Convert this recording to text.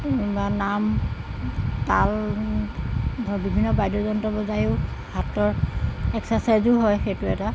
বা নাম তাল বা বিভিন্ন বাদ্যযন্ত্ৰ বজায়ো হাতৰ এক্সচাৰচাইজো হয় সেইটো এটা